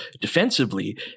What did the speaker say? defensively